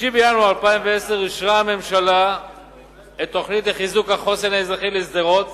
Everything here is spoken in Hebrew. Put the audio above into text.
בינואר 2010 אישרה הממשלה את התוכנית לחיזוק החוסן האזרחי לשדרות